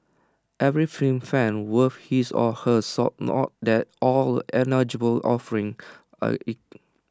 every film fan worth his or her salt know that all ignoble offerings are